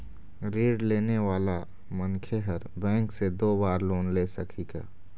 ऋण लेने वाला मनखे हर बैंक से दो बार लोन ले सकही का?